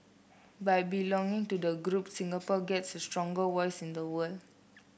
by belonging to the group Singapore gets a stronger voice in the world